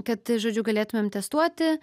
kad žodžiu galėtumėm testuoti